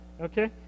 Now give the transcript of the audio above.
okay